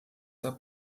der